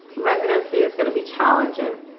residency is gonna be challenging,